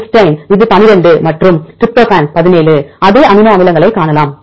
cysteine இது 12 மற்றும் tryptophan 17 மற்றும் அதே அமினோ அமிலங்களைக் காணலாம்